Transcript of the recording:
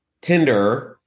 Tinder